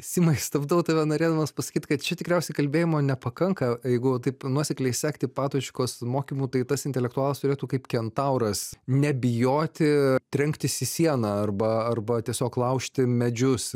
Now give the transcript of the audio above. simai stabdau tave norėdamas pasakyt kad čia tikriausiai kalbėjimo nepakanka jeigu taip nuosekliai sekti patočkos mokymu tai tas intelektualas turėtų kaip kentauras nebijoti trenktis į sieną arba arba tiesiog laužti medžius